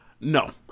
no